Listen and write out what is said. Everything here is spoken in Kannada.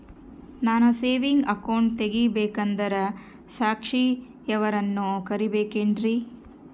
ನಾನು ಸೇವಿಂಗ್ ಅಕೌಂಟ್ ತೆಗಿಬೇಕಂದರ ಸಾಕ್ಷಿಯವರನ್ನು ಕರಿಬೇಕಿನ್ರಿ?